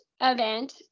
event